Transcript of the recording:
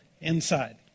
inside